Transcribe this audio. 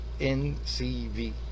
NCV